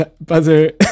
buzzer